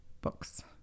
books